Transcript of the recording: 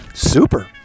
Super